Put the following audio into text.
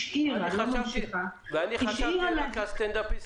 אנחנו מקבלים עשרות פניות.